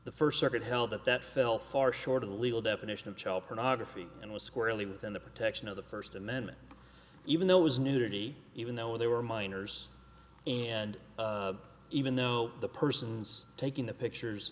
the first circuit held that that fell far short of the legal definition of child pornography and was squarely within the protection of the first amendment even though it was nudity even though they were minors and even though the persons taking the pictures